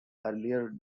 earlier